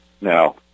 Now